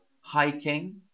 hiking